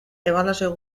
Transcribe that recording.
ebaluazio